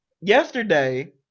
yesterday